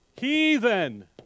heathen